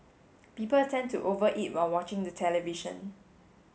people tend to over eat while watching the television